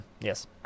Yes